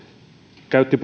käytti